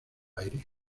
aire